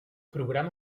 programa